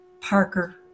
Parker